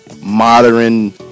modern